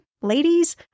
ladies